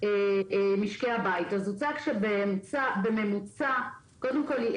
קודם כל,